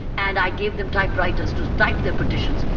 and i gave them typewriters to type their petitions,